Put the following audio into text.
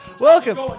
Welcome